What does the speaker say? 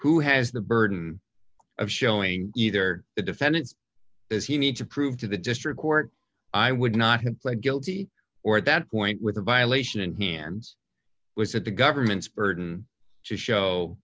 who has the burden of showing either the defendant does he need to prove to the district court i would not have pled guilty or at that point with a violation and hands was it the government's burden to show